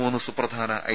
മൂന്ന് സുപ്രധാന ഐ